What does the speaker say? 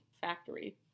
factory